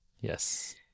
Yes